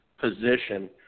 position